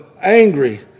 angry